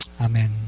Amen